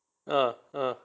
uh uh